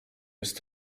jest